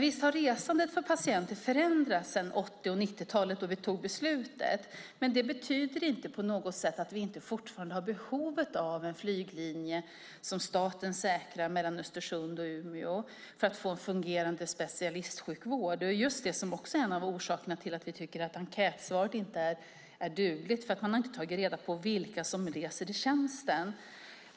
Visst har resandet för patienter förändrats sedan 80 och 90-talet då vi tog beslutet, men det betyder inte på något sätt att vi inte fortfarande har behovet av en flyglinje som staten säkrar mellan Östersund och Umeå för att få en fungerande specialistsjukvård. Det är just det som var en av orsakerna till att vi tycker att enkätsvaret är odugligt, för man har inte tagit reda på vilka som reser i tjänsten.